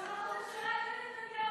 זה מה שאתה רוצה?